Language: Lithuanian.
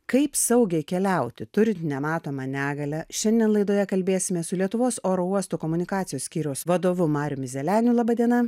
kaip saugiai keliauti turint nematomą negalią šiandien laidoje kalbėsime su lietuvos oro uostų komunikacijos skyriaus vadovu mariumi zeleniu laba diena